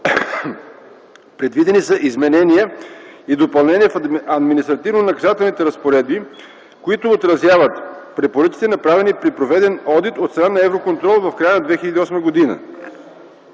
Предвидени са изменения и допълнения в административно-наказателните разпоредби, които отразяват препоръките, направени при проведен опит от страна на Евроконтрол в края на 2008 г.